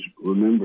remember